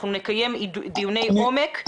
אנחנו נקיים דיוני עומק.